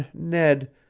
ned,